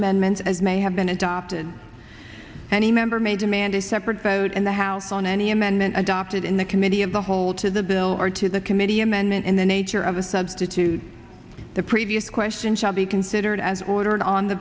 amendments as may have been adopted any member may demand a separate vote in the house on any amendment adopted in the committee of the whole to the bill or to the committee amendment in the nature of a substitute the previous question shall be considered as ordered on the